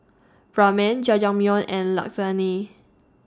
Ramen Jajangmyeon and Lasagne